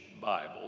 Bible